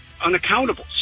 Unaccountable